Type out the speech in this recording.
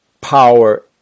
power